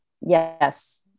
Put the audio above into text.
Yes